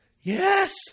Yes